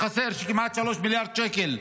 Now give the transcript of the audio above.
כמעט 3 מיליארד שקל,